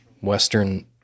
western